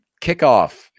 Kickoff